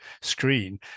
screen